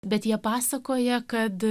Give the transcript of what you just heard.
bet jie pasakoja kad